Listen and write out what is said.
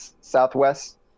Southwest